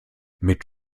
mit